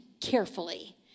carefully